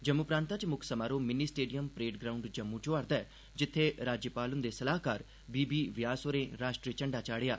जम्मू प्रांता च मुक्ख समारोह mini stadium parade ground Jammu च होआ'रदा ऐ जित्थें राज्यपाल हुंदे सलाह्कार बी बी व्यास होर राष्ट्री झंडा चाढ़ेआ